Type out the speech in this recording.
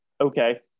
okay